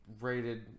rated